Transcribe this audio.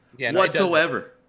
whatsoever